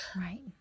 Right